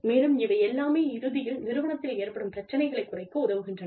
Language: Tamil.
மேலும் இவை எல்லாமே இறுதியில் நிறுவனத்தில் ஏற்படும் பிரச்சனைகளைக் குறைக்க உதவுகின்றன